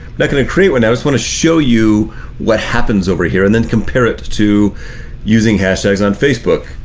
not gonna create one now, just want to show you what happens over here and then compare it to using hashtags on facebook.